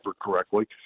correctly